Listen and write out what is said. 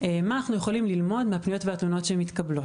מה אנחנו יכולים ללמוד מהפניות והתלונות שמתקבלות.